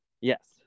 Yes